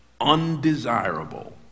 Undesirable